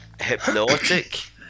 hypnotic